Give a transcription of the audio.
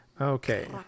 Okay